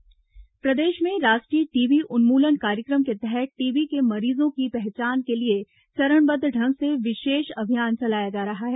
TB पहचान प्रदेश में राष्ट्रीय टीबी उन्मूलन कार्यक्रम के तहत टीबी के मरीजों की पहचान के लिए चरणबद्व ढंग से विशेष अभियान चलाया जा रहा है